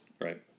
Right